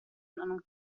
non